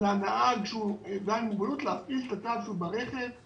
לנהג להפעיל את התו כשהוא ברכב.